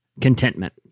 contentment